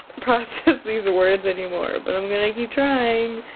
process these words anymore but i'm gonna keep trying,